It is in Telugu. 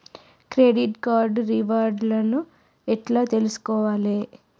క్రెడిట్ కార్డు రివార్డ్ లను ఎట్ల తెలుసుకోవాలే?